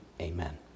Amen